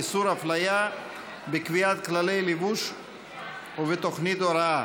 איסור הפליה בקביעת כללי לבוש ובתוכנית הוראה),